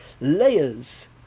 layers